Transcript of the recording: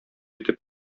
итеп